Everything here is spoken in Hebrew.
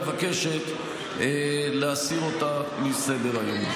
מבקשת להסיר אותה מסדר-היום.